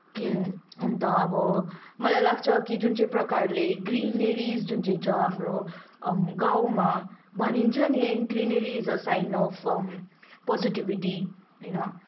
अन्त अब मलाई लाग्छ कि जुन चाहिँ प्रकारले ग्रिनेरिज जुन चाहिँ छ हाम्रो गाउँमा भनिन्छ नि है greenery is a sign of positivity होइन